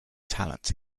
talent